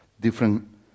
different